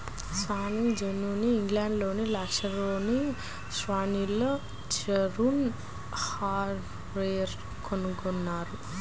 spinning జెన్నీని ఇంగ్లండ్లోని లంకాషైర్లోని స్టాన్హిల్ జేమ్స్ హార్గ్రీవ్స్ కనుగొన్నారు